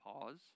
pause